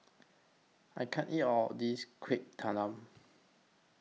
I can't eat All of This Kuih Talam